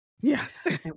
Yes